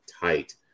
tight